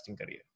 career